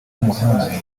y’umuhanda